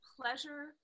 pleasure